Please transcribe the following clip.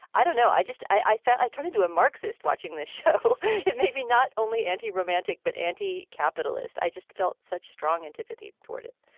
i don't know i just i felt i turned into a marxist watching the show it made me not only anti romantic but anti capitalist i just felt such strong antipathy toward it.